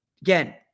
Again